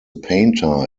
painter